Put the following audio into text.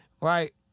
right